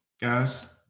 guys